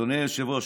אדוני היושב-ראש,